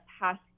past